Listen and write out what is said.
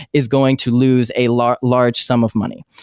is going to lose a large large sum of money.